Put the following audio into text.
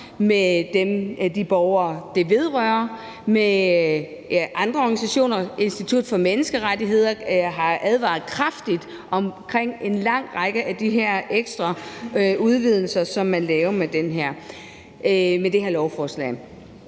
med de borgere, det vedrører. Institut for Menneskerettigheder har advaret kraftigt imod en lang række af de her ekstra udvidelser, som man laver med det her lovforslag.